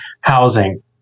housing